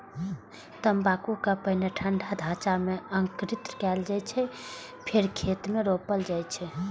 तंबाकू कें पहिने ठंढा ढांचा मे अंकुरित कैल जाइ छै, फेर खेत मे रोपल जाइ छै